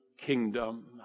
kingdom